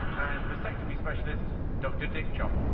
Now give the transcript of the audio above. and vasectomy specialist, dr. dick chopped